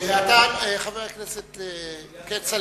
חבר הכנסת כץ,